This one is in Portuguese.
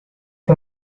com